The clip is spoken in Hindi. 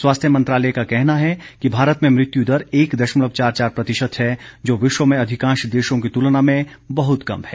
स्वास्थ्य मंत्रालय का कहना है कि भारत में मृत्यु दर एक दशमलव चार चार प्रतिशत है जो विश्व में अधिकांश देशों की तुलना में बहुत कम है